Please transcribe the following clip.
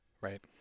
right